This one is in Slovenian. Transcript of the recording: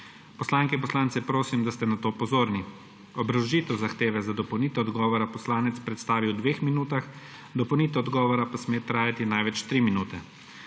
Poslanke in poslance prosim, da ste na to pozorni. Obrazložitev zahteve za dopolnitev odgovora poslanec predstavi v dveh minutah, dopolnitev odgovor pa sme trajati največ tri minute.